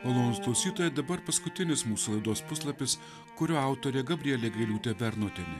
malonūs klausytojai dabar paskutinis mūsų laidos puslapis kurio autorė gabrielė gailiūtė bernotienė